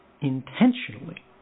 intentionally